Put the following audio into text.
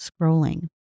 scrolling